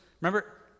remember